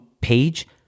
page